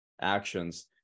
actions